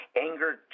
Anger